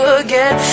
again